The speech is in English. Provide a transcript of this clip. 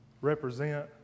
represent